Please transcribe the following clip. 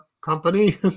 company